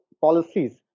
policies